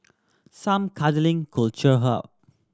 some cuddling could cheer her up